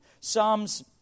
Psalms